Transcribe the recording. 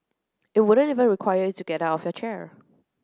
it wouldn't even require you to get out of your chair